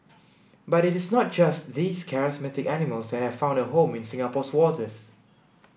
but it is not just these charismatic animals that have found a home in Singapore's waters